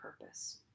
purpose